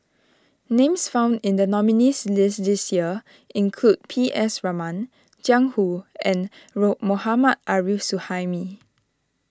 names found in the nominees' list this year include P S Raman Jiang Hu and Road Mohammad Arif Suhaimi